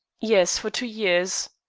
yes, for two years.